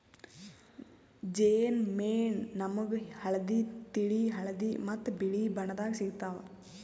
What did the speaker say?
ಜೇನ್ ಮೇಣ ನಾಮ್ಗ್ ಹಳ್ದಿ, ತಿಳಿ ಹಳದಿ ಮತ್ತ್ ಬಿಳಿ ಬಣ್ಣದಾಗ್ ಸಿಗ್ತಾವ್